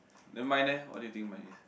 then mine eh what do you think mine is